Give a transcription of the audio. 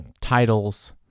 titles